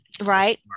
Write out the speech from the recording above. right